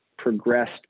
progressed